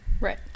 Right